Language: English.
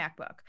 MacBook